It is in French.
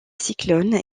cyclones